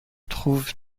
trouve